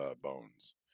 bones